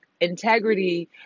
integrity